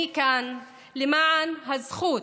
אני כאן למען הזכות